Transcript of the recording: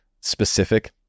specific